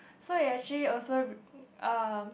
so it actually also re~ uh